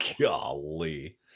Golly